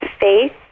faith